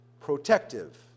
protective